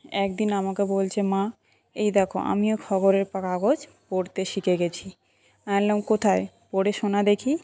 একদিন আমাকে বলছে মা এই দেখো আমিও খবরের কাগজ পড়তে শিখে গেছি আমি বললাম কোথায় পড়ে শোনা দেখি